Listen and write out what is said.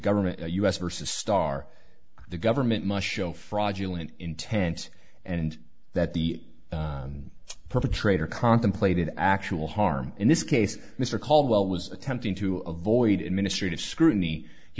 government us versus star the government must show fraudulent intent and that the perpetrator contemplated actual harm in this case mr caldwell was attempting to avoid administrative scrutiny he